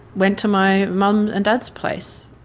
went to my mum and dad's place.